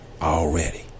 already